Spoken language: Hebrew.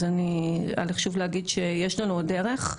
אז היה לי חשוב להגיד שיש לנו עוד דרך.